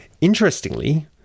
Interestingly